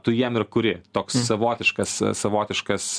tu jiem ir kuri toks savotiškas savotiškas